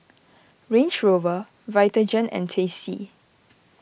Range Rover Vitagen and Tasty